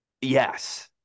yes